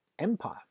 empire